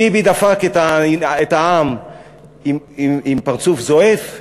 ביבי דפק את העם עם פרצוף זועף,